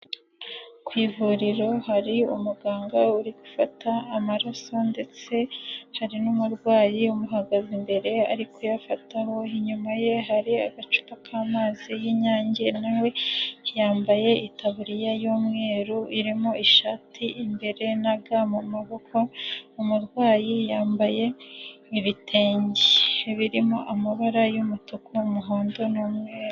Ku ivuriro hari umuganga uri gufata amaraso ndetse hari n'umurwayi umuhagaze imbere ari kuyafataho, inyuma ye hari agacupa k'amazi y'inyange nawe yambaye itaburiya y'umweru irimo ishati imbere na ga mu maboko, umurwayi yambaye ibitenge birimo amabara y'umutuku, umuhondo n'umweru.